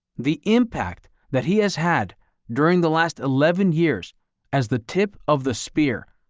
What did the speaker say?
the impact that he has had during the last eleven years as the tip of the spear,